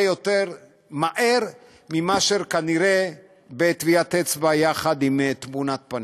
יותר מהר ממה שכנראה בטביעת אצבע יחד עם תמונת פנים.